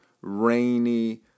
rainy